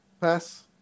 pass